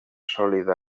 sòlida